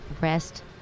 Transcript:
rest